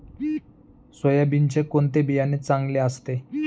सोयाबीनचे कोणते बियाणे चांगले असते?